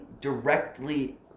directly